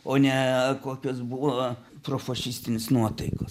o ne kokios buvo profašistinės nuotaikos